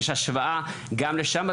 יש השוואה גם לשם,